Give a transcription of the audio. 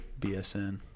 BSN